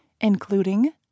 including